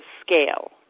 scale